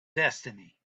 destiny